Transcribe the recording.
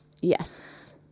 Yes